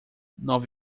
nova